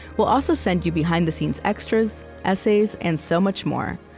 we'll also send you behind-the-scenes-extras, essays, and so much more.